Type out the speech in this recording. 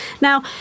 now